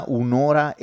un'ora